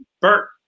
Bert